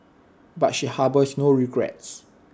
but she harbours no regrets